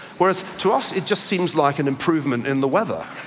whereas to us it just seems like an improvement in the weather.